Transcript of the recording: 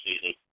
season